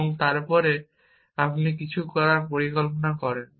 এবং তারপরে আপনি কিছু করার পরিকল্পনা করেন